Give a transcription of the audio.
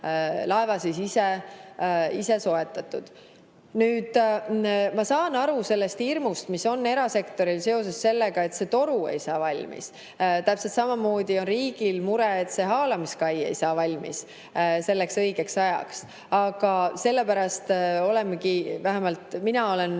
laeva ise soetatud. Ma saan aru sellest hirmust, mis on erasektoril seoses sellega, et toru ei saa valmis. Täpselt samamoodi on riigil mure, et haalamiskai ei saa õigeks ajaks valmis. Aga sellepärast me olemegi, vähemalt mina olen